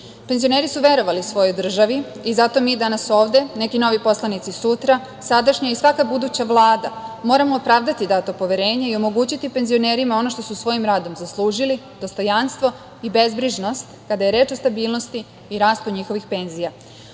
Srbije. Penzioneri su verovali svojoj državi i zato mi danas ovde, neki novi poslanici sutra, sadašnja i svaka buduća Vlada moramo opravdati dato poverenje i omogućiti penzionerima ono što su svojim radom zaslužili, dostojanstvo i bezbrižnost kada je reč o stabilnosti i rastu njihovih penzija. Upravo